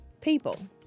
People